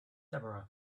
deborah